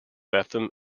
bentham